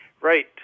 Right